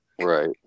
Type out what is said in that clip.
Right